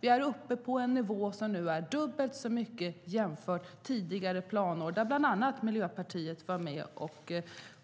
Vi är nu uppe på en dubbelt så hög nivå jämfört med tidigare planår, då bland annat Miljöpartiet var med och